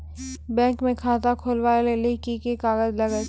Bank म खाता खोलवाय लेली की की कागज लागै छै?